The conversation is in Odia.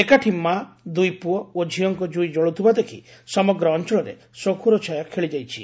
ଏକାଠି ମା ଦୁଇ ପୁଅ ଓ ଝିଅଙ୍କ ଜୁଇ ଜଳୁଥିବା ଦେଖି ସମଗ୍ର ଅଞ୍ଞଳରେ ଶୋକରକ ଛାୟା ଖେଳିଯାଇଛି